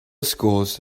schools